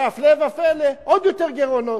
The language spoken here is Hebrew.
והפלא ופלא, עוד יותר גירעונות.